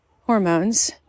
hormones